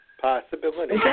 Possibility